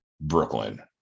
brooklyn